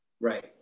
Right